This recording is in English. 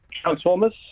Transformers